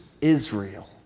Israel